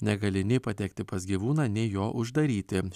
negali nei patekti pas gyvūną nei jo uždaryti